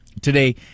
today